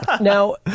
Now